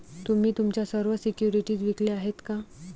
तुम्ही तुमच्या सर्व सिक्युरिटीज विकल्या आहेत का?